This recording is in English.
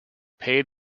paid